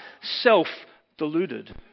self-deluded